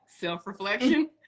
self-reflection